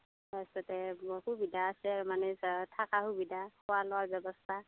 তাৰ পাছতে সুবিধা আছে মানে তাত থকাৰ সুবিধা খোৱা লোৱাৰ ব্যৱস্থা